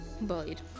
Bullied